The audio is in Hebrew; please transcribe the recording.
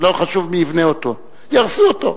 לא חשוב מי יבנה אותו, יהרסו אותו.